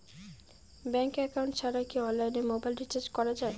Bank account ছাড়া কি অনলাইনে মোবাইল রিচার্জ করা যায়?